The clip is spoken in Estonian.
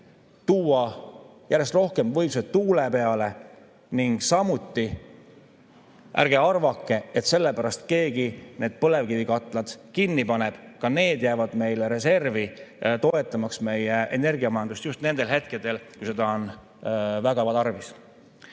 tuua järjest rohkem võimsust tuule peale. Ning samuti ärge arvake, et selle pärast keegi need põlevkivikatlad kinni paneb, ka need jäävad meile reservi, toetamaks meie energiamajandust just nendel hetkedel, kui seda on väga tarvis.